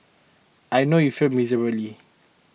I know you failed miserably